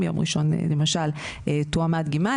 אם ביום ראשון למשל טועמה הדגימה,